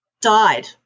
died